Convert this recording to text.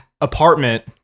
apartment